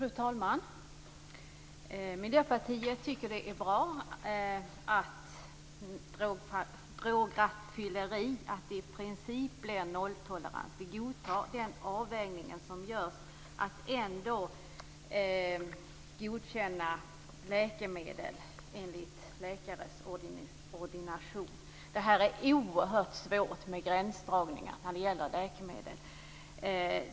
Fru talman! Miljöpartiet tycker att det är bra att det i princip blir nolltolerans när det gäller drograttfylleri. Vi godtar den avvägning som görs, nämligen att ändå godkänna läkemedel enligt läkares ordination. Det är oerhört svårt med gränsdragningar när det gäller läkemedel.